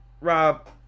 Rob